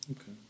Okay